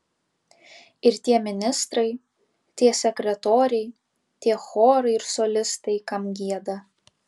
ir tie ministrai tie sekretoriai tie chorai ir solistai kam gieda